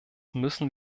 müssen